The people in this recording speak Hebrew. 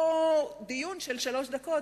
או דיון של שלוש דקות.